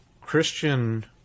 Christian